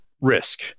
risk